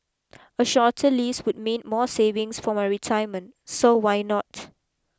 a shorter lease would mean more savings for my retirement so why not